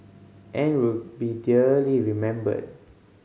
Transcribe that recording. and will be dearly remembered